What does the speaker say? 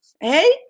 Hey